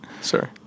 Sorry